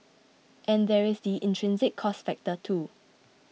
and there is the intrinsic cost factor too